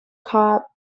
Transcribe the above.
car